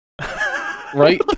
Right